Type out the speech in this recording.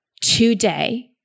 today